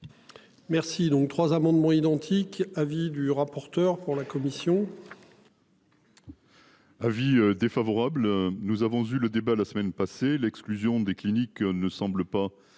Merci donc trois amendements identiques avis du rapporteur pour la commission. Avis défavorable. Nous avons vu le débat la semaine passée, l'exclusion des cliniques ne semble pas